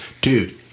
dude